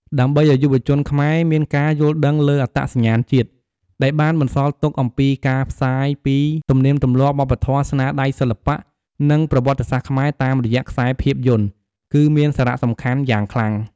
ដើម្បីឱ្យយុវជនខ្មែរមានការយល់ដឹងលើអត្តសញ្ញាណជាតិ ដែលបានបន្សល់ទុកអំពីការផ្សាយពីទំនៀមទម្លាប់ វប្បធម៌ ស្នាដៃសិល្បៈ និងប្រវត្តិសាស្ត្រខ្មែរតាមរយៈខ្សែភាពយន្ត គឺមានសារៈសំខាន់យ៉ាងខ្លាំង។